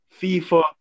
FIFA